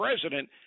president